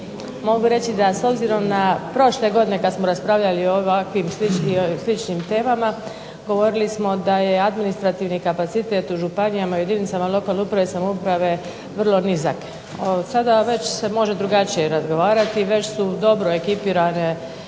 mogu reći da s obzirom na prošle godine kad smo raspravljali o ovakvim sličnim temama govorili smo da je administrativni kapacitet u županijama, u jedinicama lokalne uprave i samouprave vrlo nizak. Sada već se može drugačije razgovarati i već su dobro ekipirane